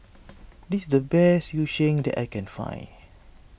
this is the best Yu Sheng that I can find